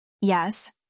Yes